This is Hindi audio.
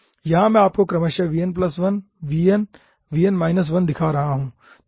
यहाँ मैं आपको क्रमश vn1vn vn 1 दिखा रहा हु